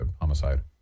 Homicide